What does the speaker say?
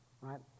right